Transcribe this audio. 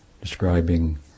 describing